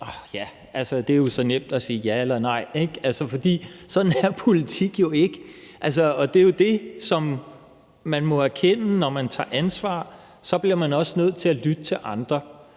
Det er så nemt at sige ja eller nej, ikke? Sådan er politik jo ikke. Det er det, man må erkende. Når man tager ansvar, bliver man også nødt til at lytte til andre.